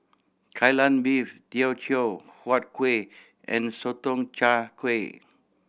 Kai Lan Beef Teochew Huat Kuih and Sotong Char Kway